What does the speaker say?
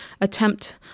attempt